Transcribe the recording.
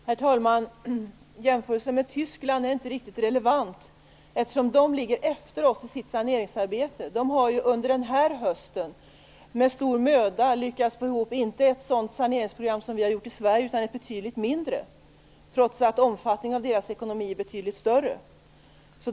Herr talman! Jämförelsen med Tyskland är inte riktigt relevant eftersom Tyskland ligger efter oss i Sverige i sitt saneringsarbete. Tyskarna har ju under den här hösten med stor möda lyckats få ihop inte ett sådant saneringsprogram som vi genomför i Sverige utan ett betydligt mindre, trots att omfattningen av deras ekonomi är betydligt större.